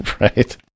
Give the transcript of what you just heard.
right